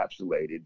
encapsulated